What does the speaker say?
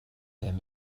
him